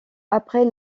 après